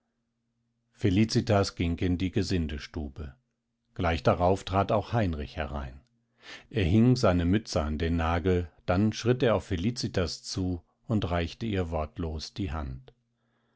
felicitas ging in die gesindestube gleich darauf trat auch heinrich herein er hing still seine mütze an den nagel dann schritt er auf felicitas zu und reichte ihr wortlos die hand